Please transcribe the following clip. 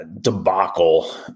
debacle